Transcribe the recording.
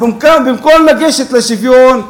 אז במקום לגשת לשוויון,